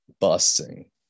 busting